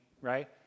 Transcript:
right